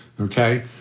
okay